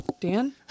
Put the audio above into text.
Dan